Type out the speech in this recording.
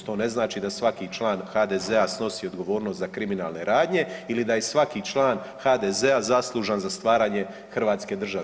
To ne znači da svaki član HDZ-a snosi odgovornost za kriminalne radnje ili da je svaki član HDZ-a zaslužan za stvaranje Hrvatske države.